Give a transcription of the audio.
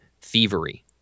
thievery